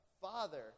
Father